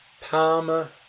Palmer